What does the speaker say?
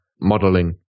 modeling